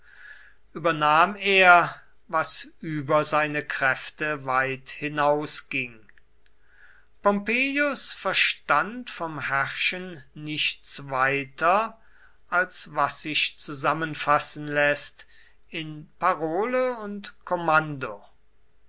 übernahm er was über seine kräfte weit hinausging pompeius verstand vom herrschen nichts weiter als was sich zusammenfassen läßt in parole und kommando